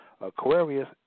Aquarius